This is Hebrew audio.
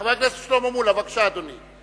חבר הכנסת שלמה מולה, בבקשה, אדוני.